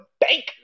bank